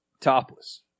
Topless